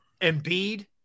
Embiid